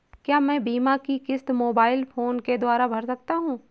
क्या मैं बीमा की किश्त मोबाइल फोन के द्वारा भर सकता हूं?